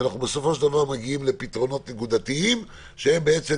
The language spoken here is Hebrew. שאנחנו בסופו של דבר מגיעים לפתרונות נקודתיים שנותנים